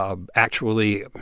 ah actually,